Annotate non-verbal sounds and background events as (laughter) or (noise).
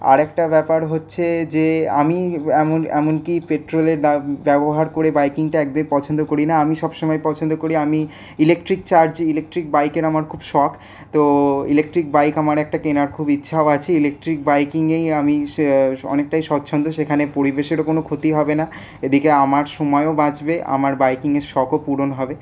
আর একটা ব্যাপার হচ্ছে যে আমি এমন এমনকি পেট্রোলের (unintelligible) ব্যবহার করে বাইকিংটা একদমই পছন্দ করি না আমি সবসময়ে পছন্দ করি আমি ইলেকট্রিক চার্জ ইলেকট্রিক বাইকের আমার খুব শখ তো ইলেকট্রিক বাইক আমার একটা কেনার খুব ইচ্ছাও আছে ইলেকট্রিক বাইকিংয়েই আমি অনেকটাই স্বচ্ছন্দ সেখানে পরিবেশেরও কোন ক্ষতি হবে না এদিকে আমার সময়ও বাঁচবে আমার বাইকিংয়ের শখও পূরণ হবে